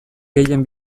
gehien